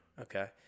Okay